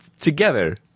together